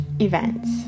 events